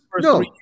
No